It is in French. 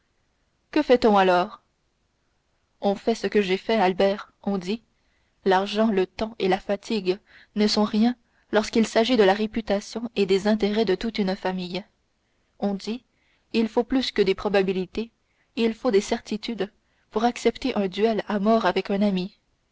que fait-on alors on fait ce que j'ai fait albert on dit l'argent le temps et la fatigue ne sont rien lorsqu'il s'agit de la réputation et des intérêts de toute une famille on dit il faut plus que des probabilités il faut des certitudes pour accepter un duel à mort avec un ami